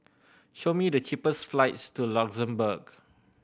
show me the cheapest flights to Luxembourg